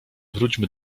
wróćmy